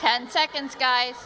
ten seconds guys